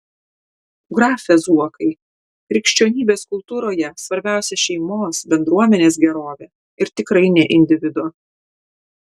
grafe zuokai krikščionybės kultūroje svarbiausia šeimos bendruomenės gerovė ir tikrai ne individo